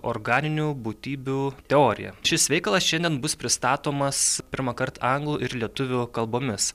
organinių būtybių teorija šis veikalas šiandien bus pristatomas pirmąkart anglų ir lietuvių kalbomis